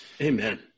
Amen